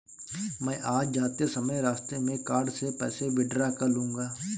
मैं आज जाते समय रास्ते में कार्ड से पैसे विड्रा कर लूंगा